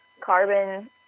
carbon